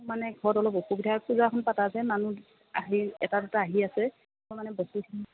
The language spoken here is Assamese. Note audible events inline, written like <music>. মোৰ মানে ঘৰত অলপ অসুবিধা কিবা এখন পতা যে মানুহ আহি এটা দুটা আহি আছে <unintelligible>